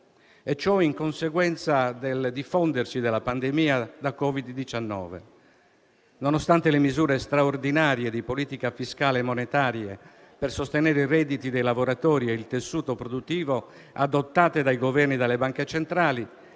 e ciò in conseguenza del diffondersi della pandemia da Covid-19. Nonostante le misure straordinarie di politica fiscale e monetaria per sostenere i redditi dei lavoratori e il tessuto produttivo, adottate dai Governi e dalle banche centrali,